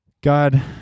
God